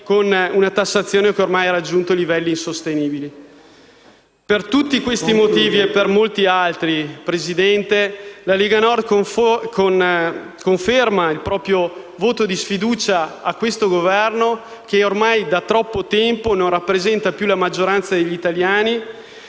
con una tassazione che ha raggiunto ormai livelli insostenibili. Per tutti questi motivi e per molti altri, signora Presidente, la Lega Nord conferma il proprio voto di sfiducia al Governo, che ormai da troppo tempo non rappresenta più la maggioranza degli italiani